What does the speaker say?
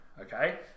Okay